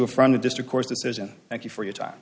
are from the district court's decision thank you for your time